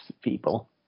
people